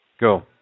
Go